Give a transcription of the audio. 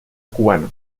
cubano